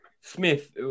Smith